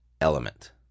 element